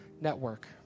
network